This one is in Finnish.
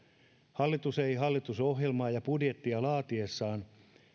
hallitus ei hallitusohjelmaa ja budjettia laatiessaan